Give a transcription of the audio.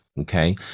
Okay